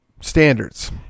Standards